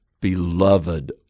beloved